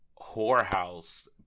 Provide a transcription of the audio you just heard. whorehouse